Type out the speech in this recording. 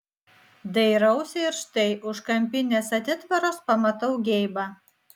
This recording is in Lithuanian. dairausi ir štai už kampinės atitvaros pamatau geibą